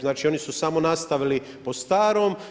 Znači oni su samo nastavili po starom.